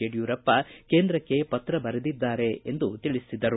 ಯಡಿಯೂರಪ್ಪ ಕೇಂದ್ರಕ್ಕೆ ಪತ್ರ ಬರೆದಿದ್ದಾರೆ ಎಂದು ತಿಳಿಸಿದರು